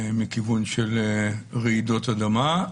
מכיוון של רעידות אדמה,